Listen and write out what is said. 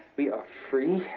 we are free,